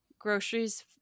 Groceries